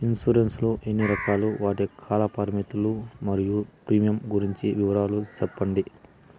Insurance లు ఎన్ని రకాలు? వాటి కాల పరిమితులు మరియు ప్రీమియం గురించి వివరాలు సెప్పండి?